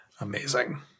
amazing